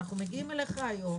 ואנחנו מגיעים אליך היום,